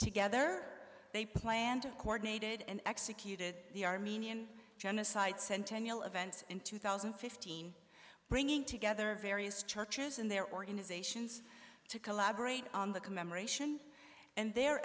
together they plan to coordinate it and executed the armenian genocide centennial event in two thousand and fifteen bringing together various churches in their organizations to collaborate on the commemoration and the